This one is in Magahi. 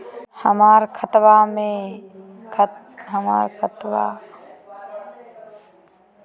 हमर खतवा मे आधार कार्ड केना जुड़ी?